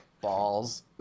balls